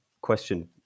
question